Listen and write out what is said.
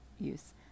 use